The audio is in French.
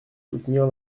soutenir